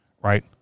Right